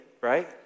right